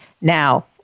Now